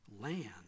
land